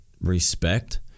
respect